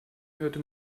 hörte